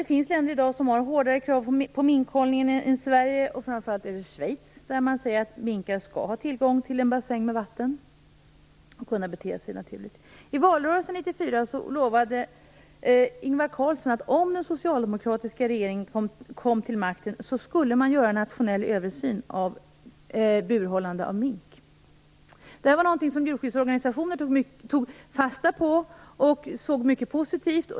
Det finns i dag länder som har hårdare krav på minkhållningen än Sverige, och det är framför allt Schweiz, där man säger att minkar skall ha tillgång till en bassäng med vatten och kunna bete sig naturligt. I valrörelsen 1994 lovade Ingvar Carlsson att man, om den socialdemokratiska regeringen kom till makten, skulle göra en nationell översyn av minkhållning i bur. Detta tog djurskyddsorganisationerna fasta på och såg som mycket positivt.